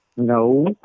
No